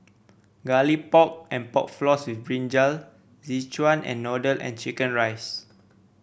Garlic Pork and Pork Floss with brinjal Szechuan Noodle and chicken rice